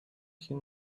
хэн